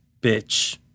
bitch